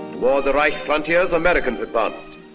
the right frontiers the americans advanced.